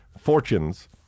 fortunes